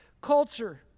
culture